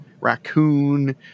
raccoon